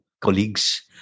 colleagues